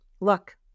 Look